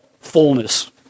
fullness